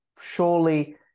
surely